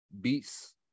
beats